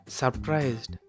surprised